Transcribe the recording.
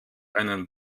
einen